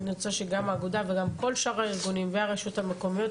אני רוצה שגם האגודה וגם כל שאר הארגונים והרשויות המקומיות,